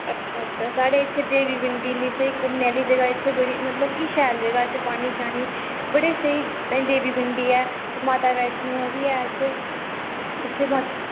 अच्छा अच्छा साढ़े इत्थें देवी पिंडी इन्नी स्हेई घुम्मनै आह्ली जगह मतलब कि शैल जगह इत्थें पानी बड़े स्हेई ताहीं देवी पिंडी ऐ ते माता वैष्णो बी ऐ इत्थें इत्थें बस